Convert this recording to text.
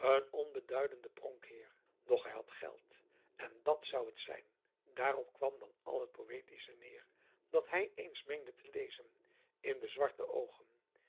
onbeduidenden pronkheer doch hij had geld en dàt zou het zijn dààrop kwam dan al het poëtische neer dat hij eens meende te lezen in de zwarte oogen